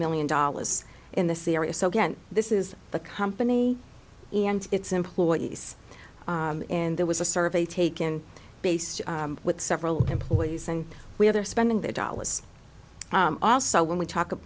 million dollars in this area so again this is the company and its employees in there was a survey taken based with several employees and we are spending the dollars also when we talk